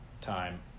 time